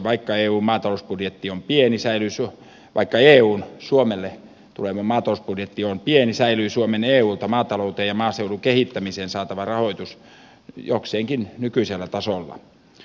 vaikka eun maatalousbudjetti on pienissä erissä vaikkei eun suomelle tuleva maatalousbudjetti on pieni säilyy suomen eulta maatalouteen ja maaseudun kehittämiseen saama rahoitus jokseenkin nykyisellä tasolla